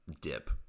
dip